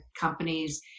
companies